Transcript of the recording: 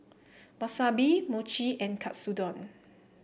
Wasabi Mochi and Katsudon